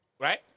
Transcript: right